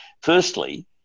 Firstly